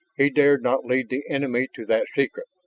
he dared not lead the enemy to that secret,